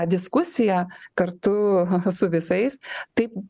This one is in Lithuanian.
diskusiją kartu su visais taip